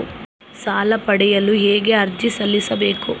ಸಾಲ ಪಡೆಯಲು ಹೇಗೆ ಅರ್ಜಿ ಸಲ್ಲಿಸಬೇಕು?